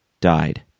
Died